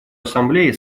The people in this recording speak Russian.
ассамблее